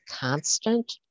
constant